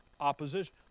Opposition